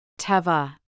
Teva